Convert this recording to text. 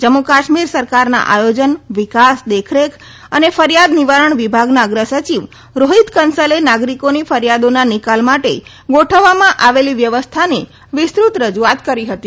જમ્મુ કાશ્મીર સરકારના આયોજન વિકાસ દેખરેખ અને ફરિયાદ નિવારણ વિભાગના અગ્રસચિવ રોહિત કન્સલે નાગરિકોની ફરિયાદોના નિકાલ માટે ગોઠવવામાં આવેલી વ્યવસ્થાની વિસ્તૃત રજૂઆત કરી હતી